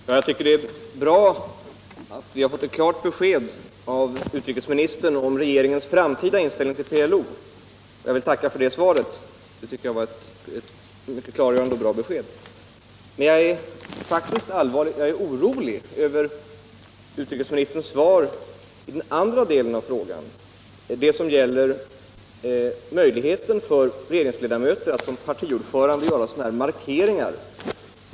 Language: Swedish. Herr talman! Jag tycker det är bra att vi har fått ett klart besked av utrikesministern om regeringens framtida inställning till PLO. Jag vill tacka för det — det var ett mycket klargörande och bra besked. Men jag är orolig över utrikesministerns svar i den andra delen av frågan, som gäller möjligheten för regeringsledamöter att som partiordförande göra sådana här markeringar.